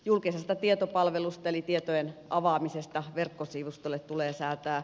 julkisesta tietopalvelusta eli tietojen avaamisesta verkkosivustolle tulee säätää